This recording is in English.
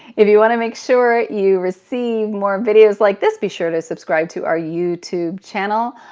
if you want to make sure you receive more videos like this, be sure to subscribe to our youtube channel.